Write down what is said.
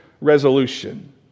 resolution